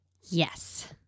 Yes